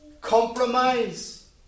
compromise